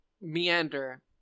meander